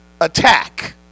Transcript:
attack